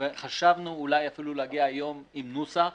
וחשבנו אולי אפילו להגיע היום עם נוסח.